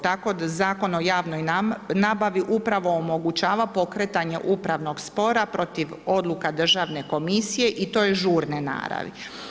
Tako da Zakon o javnoj nabavi upravi omogućava pokretanje upravnog spora protiv odluka Državne komisije i to je žurne naravi.